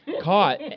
caught